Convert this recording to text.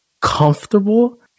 comfortable